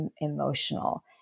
emotional